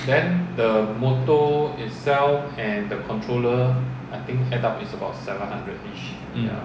mm